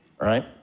right